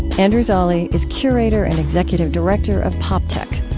andrew zolli is curator and executive director of poptech.